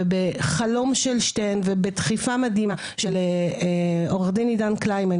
ובחלום של שתיהן ובדחיפה מדהימה של עו"ד עידן קלימן,